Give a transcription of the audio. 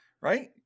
right